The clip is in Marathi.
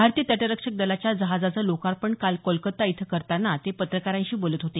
भारतीय तटरक्षक दलाच्या जहाजाचं लोकार्पण काल कोलकाता इथं करताना ते पत्रकारांशी बोलत होते